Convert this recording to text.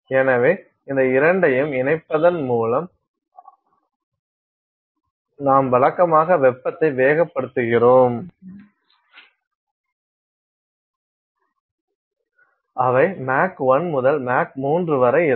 எனவே இந்த இரண்டையும் இணைப்பதன் மூலம் ஆம் வழக்கமாக வெப்பத்தை வேகப்படுத்துகிறோம் அவை மாக் 1 முதல் மாக் 3 வரை இருக்கும்